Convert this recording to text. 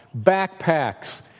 backpacks